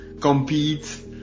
compete